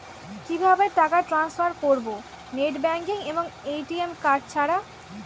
কিভাবে টাকা টান্সফার করব নেট ব্যাংকিং এবং এ.টি.এম কার্ড ছাড়া?